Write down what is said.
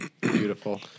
Beautiful